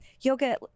yoga